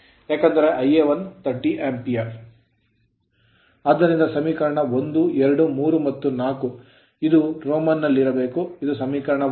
ಆದ್ದರಿಂದ ಸಮೀಕರಣ 1 2 3 ಮತ್ತು 4 ಇದು ರೋಮನ್ ನಲ್ಲಿರಬೇಕು ಇದು ಸಮೀಕರಣ 1